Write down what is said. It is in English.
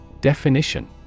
Definition